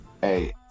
Hey